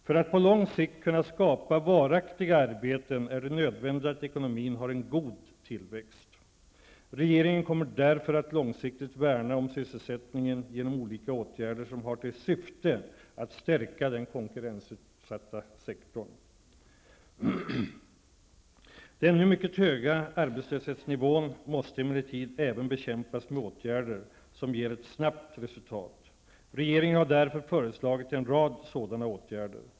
För att på lång sikt kunna skapa varaktiga arbeten är det nödvändigt att ekonomin har en god tillväxt. Regeringen kommer därför att långsiktigt värna om sysselsättningen genom olika åtgärder som har till syfte att stärka den konkurrensutsatta sektorn. Den nu mycket höga arbetslöshetsnivån måste emellertid även bekämpas med åtgärder som ger ett snabbt resultat. Regeringen har därför föreslagit en rad sådana åtgärder.